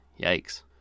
Yikes